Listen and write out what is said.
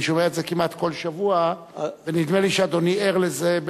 אני שומע את זה כמעט כל שבוע ונדמה לי שאדוני ער לזה.